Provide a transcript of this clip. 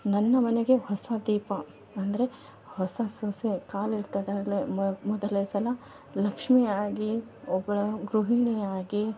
ನನ್ನ ಮನೆಗೆ ಹೊಸ ದೀಪ ಅಂದರೆ ಹೊಸ ಸೊಸೆ ಕಾಲಿಡ್ತಿದ್ದಾಳೆ ಮೊದಲ ಸಲ ಲಕ್ಷ್ಮಿ ಆಗಿ ಒಬ್ಳು ಗೃಹಿಣಿಯಾಗಿ